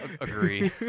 agree